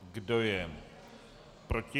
Kdo je proti?